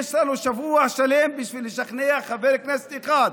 יש לנו שבוע שלם לשכנע חבר כנסת אחד.